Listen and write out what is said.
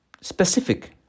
specific